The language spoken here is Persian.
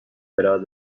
برود